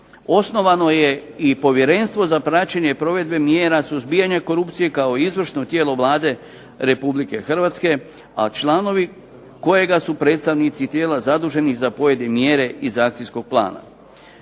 osnovano je i Povjerenstvo za praćenje provedbe mjera suzbijanja korupcije kao izvršno tijelo Vlade RH, a članovi kojega su predstavnici tijela zaduženi za pojedine mjere iz akcijskog plana.